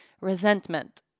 resentment